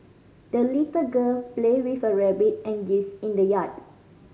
the little girl played with her rabbit and geese in the yard